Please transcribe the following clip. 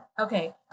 okay